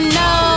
no